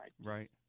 Right